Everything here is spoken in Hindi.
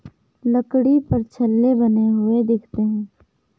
लकड़ी पर छल्ले बने हुए दिखते हैं